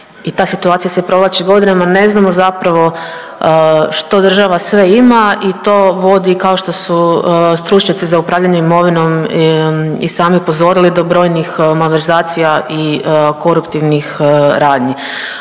i ta situacija se provlači godinama ne znamo zapravo što država sve ima i to vodi kao što su stručnjaci za upravljanje imovinom i sami upozorili do brojnih malverzacija i koruptivnih radnji.